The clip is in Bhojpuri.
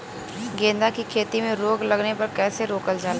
गेंदा की खेती में रोग लगने पर कैसे रोकल जाला?